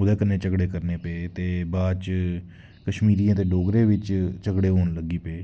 ओह्दे कन्नै झगड़े करने पे ते बाद च कश्मीरियें ते डोगरें बिच्च झगड़े होन लग्गी पे